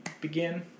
begin